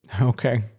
Okay